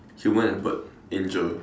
human and bird angel